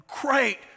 great